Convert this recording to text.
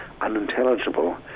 unintelligible